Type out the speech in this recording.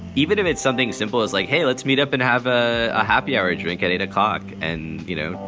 even if it's something simple as like, hey, let's meet up and have ah a happy hour, a drink at eight o'clock and, you know,